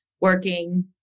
working